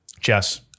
Jess